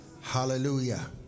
Hallelujah